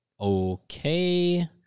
okay